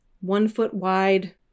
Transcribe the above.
one-foot-wide